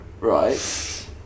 right